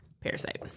Parasite